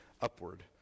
upward